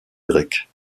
grecques